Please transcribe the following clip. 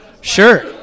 Sure